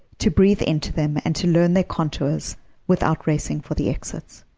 to breathe into them and to learn their contours without racing for the exit.